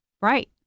Right